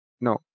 no